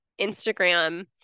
Instagram